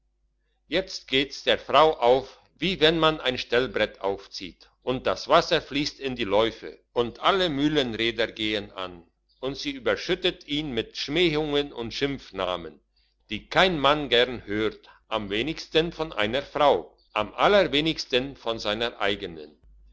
jetzt geht's der frau auf wie wenn man ein stellbrett aufzieht und das wasser fliesst in die läufe und alle mühlenräder gehn an und sie überschüttet ihn mit schmähungen und schimpfnamen die kein mann gern hört am wenigsten von einer frau am allerwenigsten von seiner eigenen